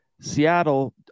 Seattle